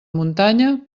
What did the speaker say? muntanya